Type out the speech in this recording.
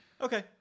Okay